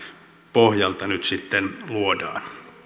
pohjalta nyt sitten luodaan